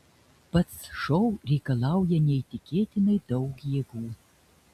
pats šou reikalauja neįtikėtinai daug jėgų